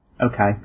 Okay